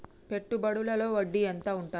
పెట్టుబడుల లో వడ్డీ ఎంత ఉంటది?